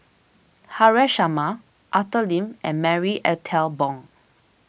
Haresh Sharma Arthur Lim and Marie Ethel Bong